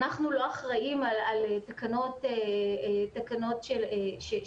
אנחנו לא אחראים על תקנות של הפעלה,